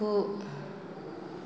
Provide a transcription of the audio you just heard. गु